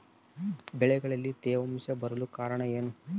ಬೆಳೆಗಳಲ್ಲಿ ತೇವಾಂಶ ಬರಲು ಕಾರಣ ಏನು?